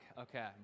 Okay